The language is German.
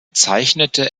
zeichnete